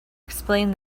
explained